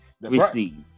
received